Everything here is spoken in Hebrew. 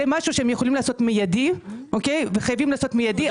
זה משהו שהם יכולים לעשות מיידי וחייבים לעשות מיידי.